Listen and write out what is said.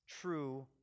true